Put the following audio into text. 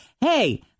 hey